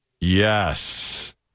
Yes